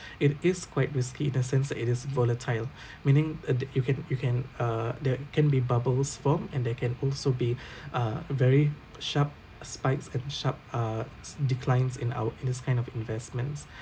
it is quite risky in the sense that it is volatile meaning uh the you can you can uh they can be bubbles formed and they can also be uh very sharp spikes and sharp uh s~ declines in our in this kind of investments